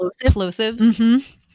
Explosives